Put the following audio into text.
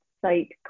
site